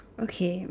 okay